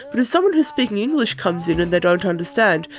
but if someone who is speaking english comes in and they don't understand,